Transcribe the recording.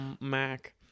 Mac